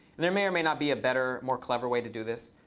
there may or may not be a better, more clever way to do this.